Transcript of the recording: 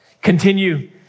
Continue